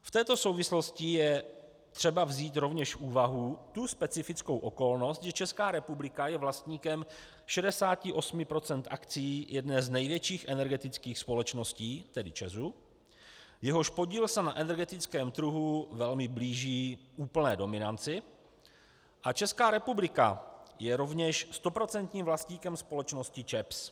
V této souvislosti je třeba vzít rovněž v úvahu tu specifickou okolnost, že Česká republika je vlastníkem 68 % akcií jedné z největších energetických společností, tedy ČEZu, jehož podíl se na energetickém trhu velmi blíží úplné dominanci, a Česká republika je rovněž stoprocentním vlastníkem společnosti ČEPS.